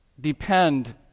depend